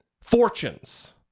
fortunes